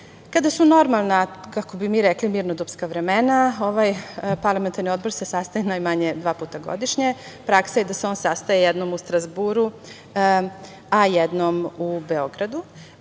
su normalna, kako bi mi rekli mirnodopska vremena, ovaj parlamentarni odbor se sastaje najmanje dva puta godišnje. Praksa je da se on sastaje jednom u Strazburu, a jednom u Beogradu.